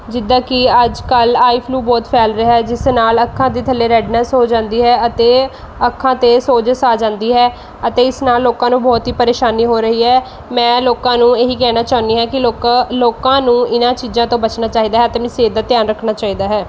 ਜਿੱਦਾਂ ਕਿ ਅੱਜ ਕੱਲ੍ਹ ਆਈ ਫਲੂ ਬਹੁਤ ਫੈਲ ਰਿਹਾ ਹੈ ਜਿਸ ਨਾਲ ਅੱਖਾਂ ਦੇ ਥੱਲੇ ਰੈੱਡਨੈੱਸ ਹੋ ਜਾਂਦੀ ਹੈ ਅਤੇ ਅੱਖਾਂ 'ਤੇ ਸੋਜਸ ਆ ਜਾਂਦੀ ਹੈ ਅਤੇ ਇਸ ਨਾਲ ਲੋਕਾਂ ਨੂੰ ਬਹੁਤ ਹੀ ਪਰੇਸ਼ਾਨੀ ਹੋ ਰਹੀ ਹੈ ਮੈਂ ਲੋਕਾਂ ਨੂੰ ਇਹ ਹੀ ਕਹਿਣਾ ਚਾਹੁੰਦੀ ਹਾਂ ਕਿ ਲੋਕ ਲੋਕਾਂ ਨੂੰ ਇਹਨਾਂ ਚੀਜ਼ਾਂ ਤੋਂ ਬਚਣਾ ਚਾਹੀਦਾ ਹੈ ਅਤੇ ਆਪਣੀ ਸਿਹਤ ਦਾ ਧਿਆਨ ਰੱਖਣਾ ਚਾਹੀਦਾ ਹੈ